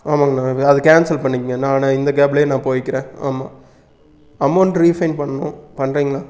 ஆமாங்கண்ணா அதை கேன்சல் பண்ணிக்கோங்க நான் இந்த கேபுலே நான் போயிக்கிறேன் ஆமாம் அமௌன்ட் ரீஃபண்ட் பண்ணணும் பண்ணுறீங்ளா